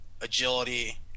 agility